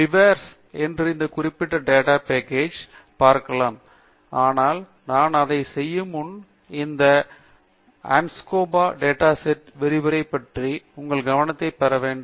பிவேர்ஸ் என்று இந்த குறிப்பிட்ட டேட்டா பேக்கேஜ் பார்க்கலாம் ஆனால் நான் அதை செய்ய முன் இந்த ஆஸ்கோம்பே டேட்டா செட் விரிவுரை பற்றி உங்கள் கவனத்தை பெற வேண்டும்